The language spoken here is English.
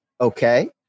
okay